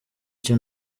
cyo